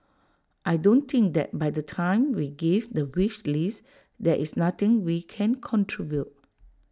I don't think that by the time we give the wish list there is nothing we can contribute